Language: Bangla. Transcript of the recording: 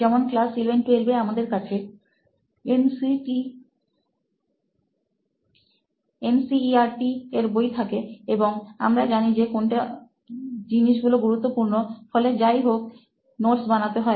যেমন ক্লাস 1112 এ আমাদের কাছে এনসিইআরটি এর বই থাকে এবং আমরা জানি যে কোনটা জিনিসগুলো গুরুত্বপূর্ণ ফলে যাই হোক নোটস বানাতে হয়